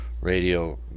Radio